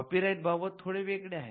copyright बाबतीत थोडे वेगळे आहे